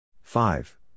Five